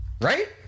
right